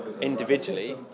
individually